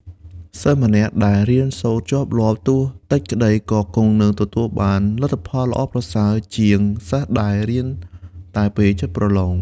សិស្សម្នាក់ដែលរៀនសូត្រជាប់លាប់ ទោះតិចក្តី ក៏គង់នឹងទទួលបានលទ្ធផលល្អប្រសើរជាងសិស្សដែលរៀនតែពេលជិតប្រឡង។